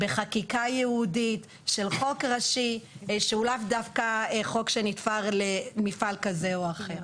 בחקיקה ייעודית של חוק ראשי שהוא לאו דווקא חוק שנתפר למפעל כזה או אחר.